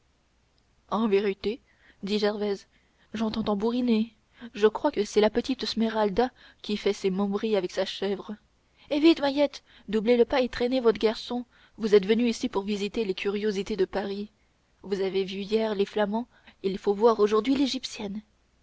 en vérité dit gervaise j'entends tambouriner je crois que c'est la petite smeralda qui fait ses momeries avec sa chèvre eh vite mahiette doublez le pas et traînez votre garçon vous êtes venue ici pour visiter les curiosités de paris vous avez vu hier les flamands il faut voir aujourd'hui l'égyptienne